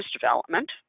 development